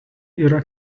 yra